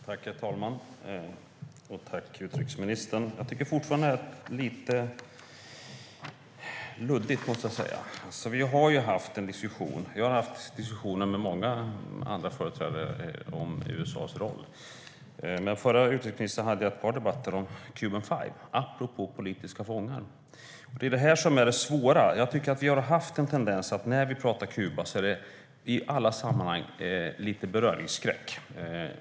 Herr talman! Tack, utrikesministern! Jag tycker fortfarande att det är lite luddigt. Jag har haft diskussioner med många andra företrädare om USA:s roll. Med den förra utrikesministern hade jag ett par debatter om Cuban Five, apropå politiska fångar. Det är detta som är det svåra. Vi har haft en tendens att när vi talar om Kuba är det i alla sammanhang lite beröringsskräck.